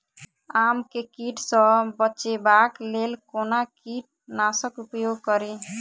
आम केँ कीट सऽ बचेबाक लेल कोना कीट नाशक उपयोग करि?